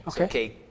Okay